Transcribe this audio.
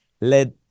let